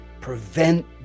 prevent